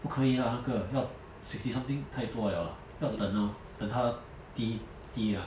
不可以啦那个要 sixty something 太多了啦要等 lor 等它低低啊